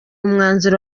umwanzuro